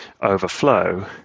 overflow